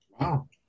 wow